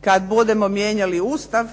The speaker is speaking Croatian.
kad budemo mijenjali Ustav